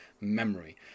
memory